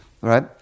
right